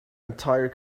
entire